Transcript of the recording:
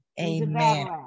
Amen